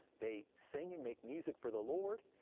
they sing and make music for the lord.